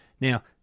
Now